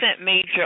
major